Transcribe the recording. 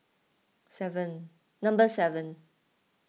seven number seven